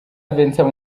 vincent